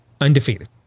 undefeated